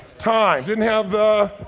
time. didn't have the,